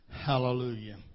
Hallelujah